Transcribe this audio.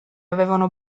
avevano